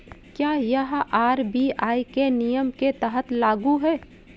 क्या यह आर.बी.आई के नियम के तहत लागू है?